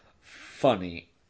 funny